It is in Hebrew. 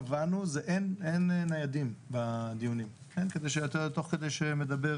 קבענו, זה אין ניידים בדיונים כדי שתוך כדי שמדבר